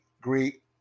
greet